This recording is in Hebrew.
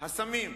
הסמים,